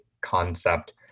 concept